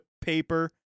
paper